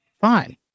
fine